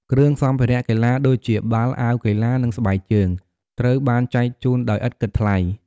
គ្រឿងសម្ភារៈកីឡាដូចជាបាល់ អាវកីឡា និងស្បែកជើង ត្រូវបានចែកជូនដោយឥតគិតថ្លៃ។